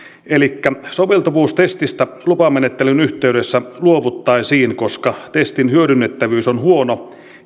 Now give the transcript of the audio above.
eli soveltuvuustestistä lupamenettelyn yhteydessä luovuttaisiin koska testin hyödynnettävyys on huono